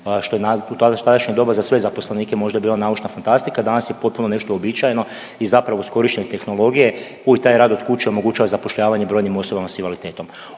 što je u tadašnje doba za sve zaposlenike možda bila naučna fantastika, danas je potpuno nešto uobičajeno i zapravo uz korištenje tehnologije i taj rad od kuće omogućava zapošljavanje brojnim osobama s invaliditetom.